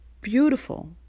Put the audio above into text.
beautiful